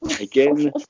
Again